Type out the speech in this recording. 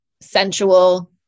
sensual